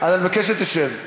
אז אני מבקש שתשב.